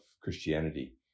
Christianity